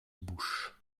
bouche